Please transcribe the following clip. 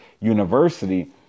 University